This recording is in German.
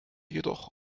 jedoch